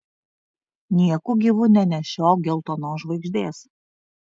nieku gyvu nenešiok geltonos žvaigždės